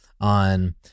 on